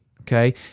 Okay